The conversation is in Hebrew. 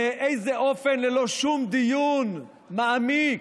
באיזה אופן, ללא שום דיון מעמיק,